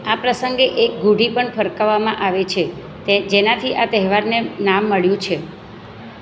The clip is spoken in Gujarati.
આ પ્રસંગે એક ગુડી પણ ફરકાવવામાં આવે છે તે જેનાથી આ તહેવારને નામ મળ્યું છે